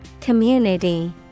Community